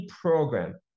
program